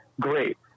great